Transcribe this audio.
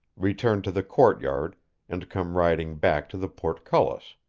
return to the courtyard and come riding back to the portcullis.